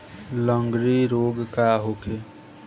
लगंड़ी रोग का होखे?